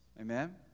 Amen